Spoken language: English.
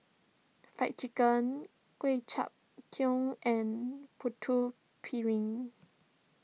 Fried Chicken Ku Chai and Putu Piring